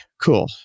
cool